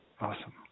awesome